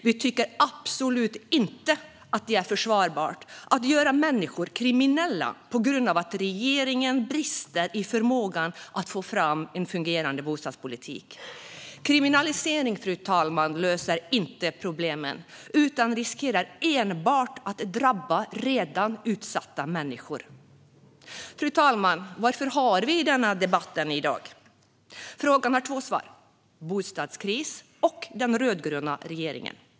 Vi tycker absolut inte att det är försvarbart att göra människor kriminella på grund av att regeringen brister i förmåga att få fram en fungerande bostadspolitik. Kriminalisering löser inte problemen utan riskerar enbart att drabba redan utsatta människor. Fru talman! Varför har vi denna debatt i dag? Frågan har två svar: bostadskris och den rödgröna regeringen.